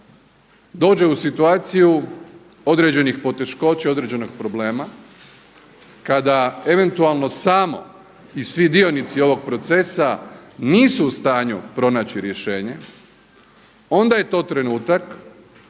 dođe u situaciju određenih poteškoća, određenog problema, kada eventualno samo i svi dionici ovog procesa nisu u stanju pronaći rješenje onda je to trenutak